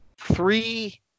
three